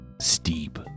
steep